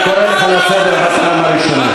אני קורא אותך לסדר בפעם הראשונה.